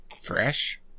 fresh